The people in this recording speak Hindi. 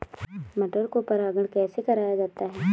मटर को परागण कैसे कराया जाता है?